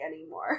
anymore